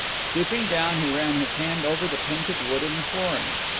stooping down he ran his hand over the painted wooden flooring.